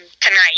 tonight